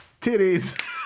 Titties